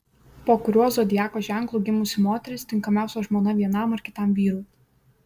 po kuriuo zodiako ženklu gimusi moteris tinkamiausia žmona vienam ar kitam vyrui